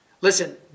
Listen